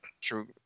true